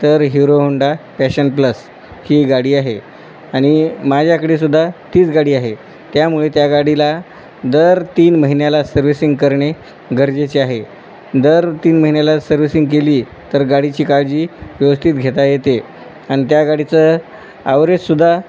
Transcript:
तर Hero Honda Passion Plus ही गाडी आहे आणि माझ्याकडे सुद्धा तीच गाडी आहे त्यामुळे त्या गाडीला दर तीन महिन्याला सर्व्हिसिंग करणे गरजेचे आहे दर तीन महिन्याला सर्व्हिसिंग केली तर गाडीची काळजी व्यवस्थित घेता येते आणि त्या गाडीचं आवरेजसुद्धा